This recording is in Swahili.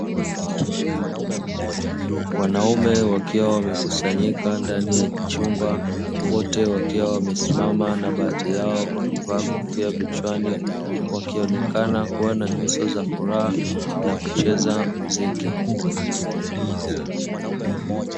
Wanaume wakiwa wamekusanyika ndani ya chumba wote wakiwa wamesimama na baadhi yao wakivaa kofia vichwani wakionekana kuwa na nyuso za furaha na kucheza mziki.